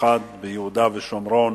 במיוחד ביהודה ושומרון,